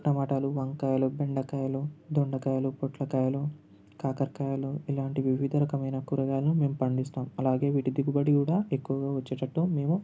టమాటాలు వంకాయలు బెండకాయలు దొండకాయలు పొట్లకాయలు కాకరకాయలు ఇలాంటి వివిధ రకమైన కూరగాయలు మేము పండిస్తాము అలాగే వీటి దిగుబడి కూడా ఎక్కువగా వచ్చేటట్టు మేము